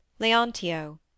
Leontio